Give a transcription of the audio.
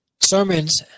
sermons